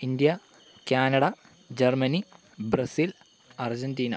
India Canada Germany Brazil Argentina